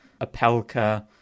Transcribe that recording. Apelka